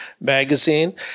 magazine